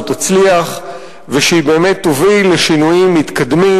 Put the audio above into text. תצליח ושהיא באמת תוביל לשינויים מתקדמים,